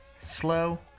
slow